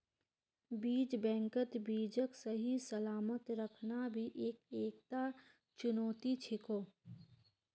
बीज बैंकत बीजक सही सलामत रखना भी एकता चुनौती छिको